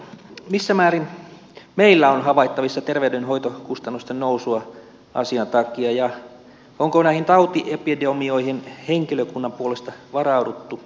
missä määrin meillä on havaittavissa terveydenhoitokustannusten nousua asian takia ja onko näihin tautiepidemioihin henkilökunnan puolesta varauduttu